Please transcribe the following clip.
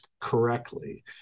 correctly